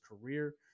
career